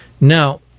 Now